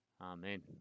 Amen